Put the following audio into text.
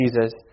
Jesus